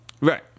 Right